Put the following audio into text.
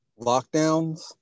Lockdowns